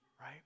right